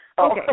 Okay